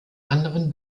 anderen